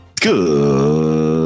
Good